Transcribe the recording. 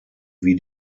wie